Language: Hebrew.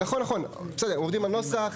עובדים על נוסח,